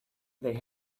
they